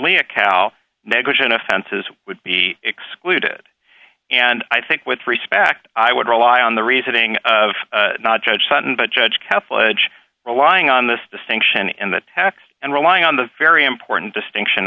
a cow negligent offenses would be excluded and i think with respect i would rely on the reasoning of not judge sutton but judge careful edge relying on this distinction in the text and relying on the very important distinction